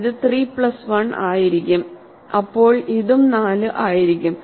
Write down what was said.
ഇത് 3 പ്ലസ് 1 ആയിരിക്കുംഅപ്പോൾ ഇതും 4 ആയിരിക്കും